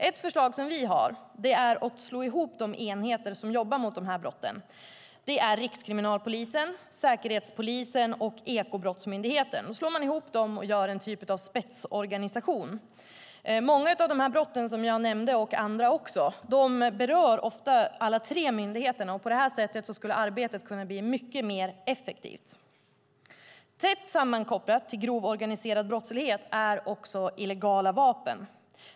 Ett förslag vi har är att slå ihop de enheter som jobbar mot dessa brott, nämligen Rikskriminalpolisen, Säkerhetspolisen och Ekobrottsmyndigheten. Man slår ihop dessa och gör en typ av spetsorganisation. Många av de brott jag nämnde och även andra berör ofta alla tre myndigheterna, och på detta sätt skulle arbetet kunna bli mycket mer effektivt. Tätt sammankopplat med grov organiserad brottslighet är också illegala vapen.